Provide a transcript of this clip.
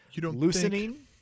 loosening